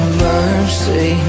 mercy